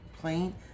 plane